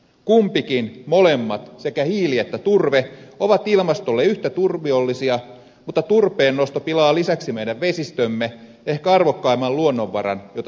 kumpikin molemmat sekä hiili että turve ovat ilmastolle yhtä turmiollisia mutta turpeennosto pilaa lisäksi meidän vesistömme ehkä arvokkaimman luonnonvaran jota suomella on